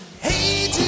Hey